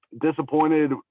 disappointed